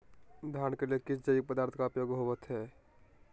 धान के लिए किस जैविक पदार्थ का उपयोग होवत है?